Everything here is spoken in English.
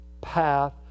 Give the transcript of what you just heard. path